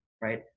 right